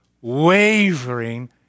wavering